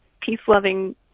peace-loving